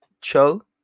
Cho